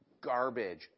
garbage